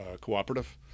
cooperative